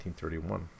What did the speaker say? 1931